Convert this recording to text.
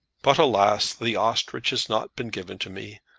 but alas! the ostrich has not been given to me.